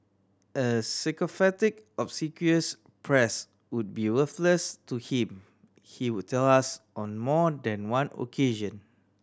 a sycophantic obsequious press would be worthless to him he would tell us on more than one occasion